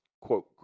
Quote